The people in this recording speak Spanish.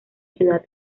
ciudad